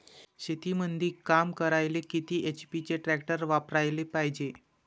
शेतीमंदी काम करायले किती एच.पी चे ट्रॅक्टर वापरायले पायजे?